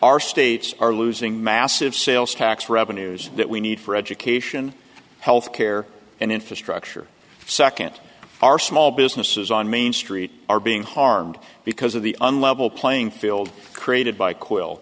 our states are losing massive sales tax revenues that we need for education health care and infrastructure second our small businesses on main street are being harmed because of the unlevel playing field created by quill